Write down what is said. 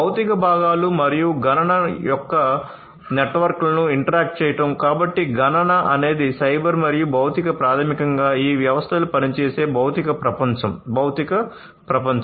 భౌతిక ప్రపంచంలో